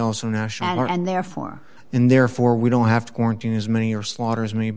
also national and therefore in therefore we don't have to quarantine as many or slaughters many